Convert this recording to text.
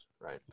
right